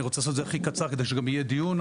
אני רוצה לעשות את זה הכי קצר כדי שגם יהיה דיון,